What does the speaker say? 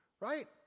right